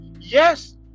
Yes